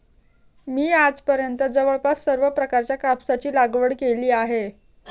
मी आजपर्यंत जवळपास सर्व प्रकारच्या कापसाची लागवड केली आहे